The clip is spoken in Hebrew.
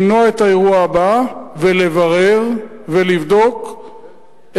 למנוע את האירוע הבא ולברר ולבדוק איך